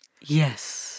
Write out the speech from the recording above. yes